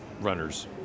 runners